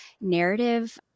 narrative